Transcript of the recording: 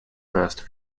first